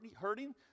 hurting